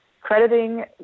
crediting